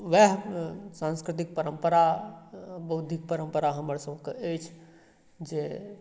वएह साँस्कृतिक परम्परा बौद्धिक परम्परा हमरा सभके अछि जे